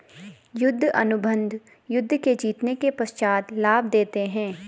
युद्ध अनुबंध युद्ध के जीतने के पश्चात लाभ देते हैं